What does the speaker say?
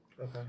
Okay